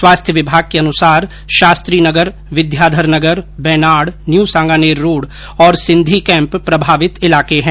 स्वास्थ्य विभाग के अनुसार शास्त्री नगर विद्याधर नगर बेनाड न्यू सांगानेर रोड और सिंधी कैंप प्रभावित इलाके हैं